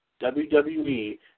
WWE